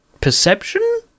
perception